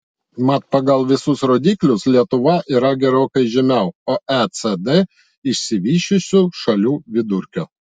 mat pagal visus rodiklius lietuva yra gerokai žemiau oecd išsivysčiusių šalių vidurkio